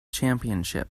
championship